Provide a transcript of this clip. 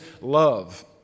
love